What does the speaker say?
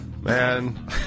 man